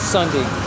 Sunday